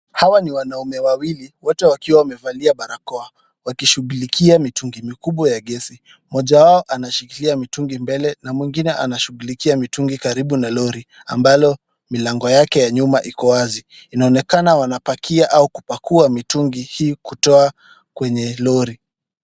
Hawa ni wanaume wawili, wote wakiwa wamevalia barakoa wakishughulikia mitungi mikubwa ya gesi. Mmoja wao anashikilia mtungi mbele na mwingine anashughulikia mtungi karibu na lori, ambalo milango yake ya nyuma iko wazi. Inaonekana wanapakia au kupakua mitungi hii kutoa kwenye lori.